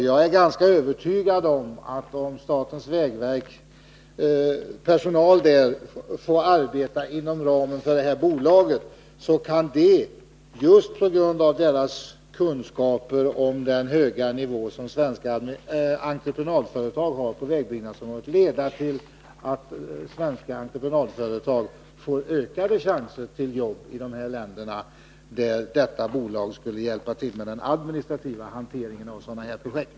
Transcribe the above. Jag är ganska övertygad om att om statens vägverks personal får arbeta inom ramen för det särskilda bolagets verksamhet kan det — just på grund av deras kunskaper om den höga nivån när det gäller vägbyggnadsområdet som svenska entreprenadföretag har — leda till att svenska entreprenadföretag får ökade chanser till jobb i dessa länder, där detta bolag skulle hjälpa till med den administrativa hanteringen av sådana här projekt.